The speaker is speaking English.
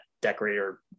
decorator